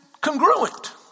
congruent